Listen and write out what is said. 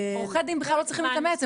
עורכי דין בכלל לא צריכים להתאמץ.